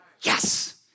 yes